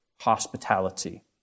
hospitality